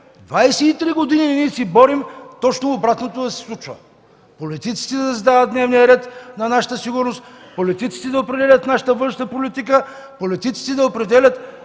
23 години ние се борим точно обратното да се случва – политиците да задават дневния ред на нашата сигурност, политиците да определят нашата външна политика, политиците да определят